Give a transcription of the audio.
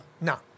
No